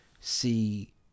see